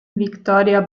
victoria